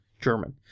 German